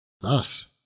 Thus